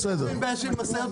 בבקשה.